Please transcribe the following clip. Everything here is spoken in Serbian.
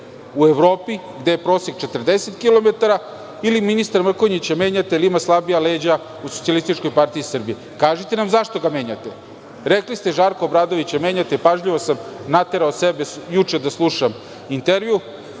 u Evropi, gde je prosek 40 km, ili ministra Mrkonjića menjate jer ima slabija leđa u SPS? Kažite nam zašto ga menjate. Rekli ste da Žarka Obradovića menjate, pažljivo sam naterao sebe juče da slušam intervju,